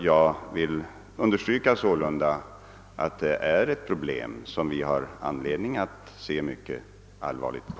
Jag vill sålunda understryka att det är ett problem som vi har anledning att se mycket allvarligt på.